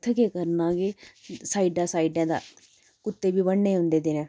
उत्थें केह् करना कि साइडा साइडा दा कुत्तें बी बड़ने होंदे दिनें